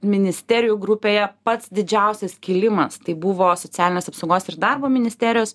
ministerijų grupėje pats didžiausias kilimas tai buvo socialinės apsaugos ir darbo ministerijos